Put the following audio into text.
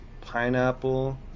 pineapple